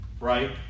right